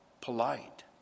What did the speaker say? polite